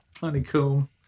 honeycomb